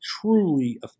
truly